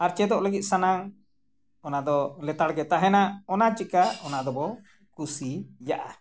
ᱟᱨ ᱪᱮᱫᱚᱜ ᱞᱟᱹᱜᱤᱫ ᱥᱟᱱᱟ ᱚᱱᱟ ᱫᱚ ᱞᱮᱛᱟᱲᱜᱮ ᱛᱟᱦᱮᱱᱟ ᱚᱱᱟ ᱪᱤᱠᱟᱹ ᱚᱱᱟ ᱫᱚᱵᱚᱱ ᱠᱩᱥᱤᱭᱟᱜᱼᱟ